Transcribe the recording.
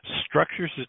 structures